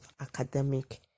Academic